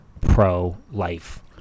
pro-life